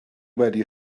wedi